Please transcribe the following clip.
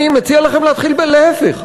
אני מציע לכם להתחיל להפך.